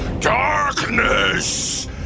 darkness